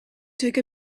took